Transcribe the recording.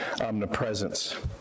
omnipresence